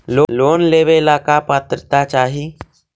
Loan लेवेला का पात्रता चाही?